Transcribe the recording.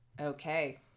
Okay